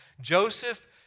Joseph